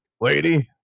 lady